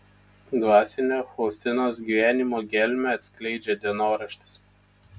dvasinio faustinos gyvenimo gelmę atskleidžia dienoraštis